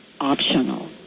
optional